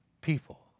people